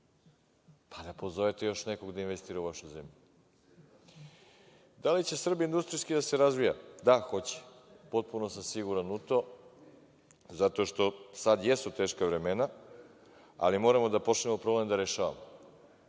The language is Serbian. Pa, da pozovete još nekoga da investira u vašu zemlju. Da li će Srbija industrijski da se razvija? Da, hoće. Potpuno sam siguran u to, zato što sad jesu teška vremena, ali moramo da počnemo problem da rešavamo.